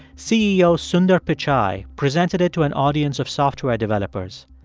ceo sundar pichai presented it to an audience of software developers.